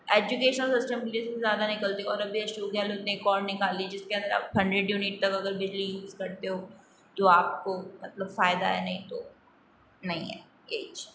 educational system ज़्यादा निकलती हैं और अभी ने एक और निकाली जिसके अंदर आप हंडरेड युनिट तक अगर बिजली यूज़ करते हो तो आप को मतलब फ़ायदा है नही तो नहीं है येहीच